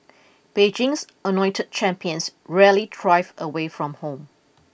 Beijing's anointed champions rarely thrive away from home